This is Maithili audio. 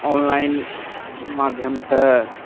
ऑनलाइन माध्यमसँ